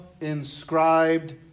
inscribed